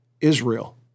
Israel